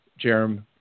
Jerem